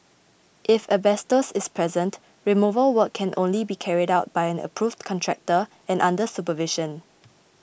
if asbestos is present removal work can only be carried out by an approved contractor and under supervision